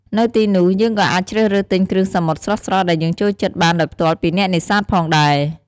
នៅទីនោះ យើងក៏អាចជ្រើសរើសទិញគ្រឿងសមុទ្រស្រស់ៗដែលយើងចូលចិត្តបានដោយផ្ទាល់ពីអ្នកនេសាទផងដែរ។